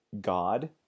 god